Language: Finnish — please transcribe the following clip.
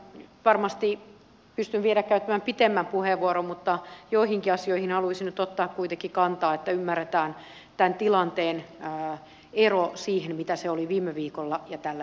varmasti pystyn vielä käyttämään pitemmän puheenvuoron mutta joihinkin asioihin haluaisin nyt ottaa kuitenkin kantaa että ymmärretään tämän tilanteen ero siihen mitä se oli viime viikolla ja tällä viikolla